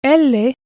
Elle